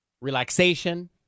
relaxation